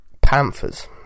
Panthers